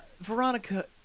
Veronica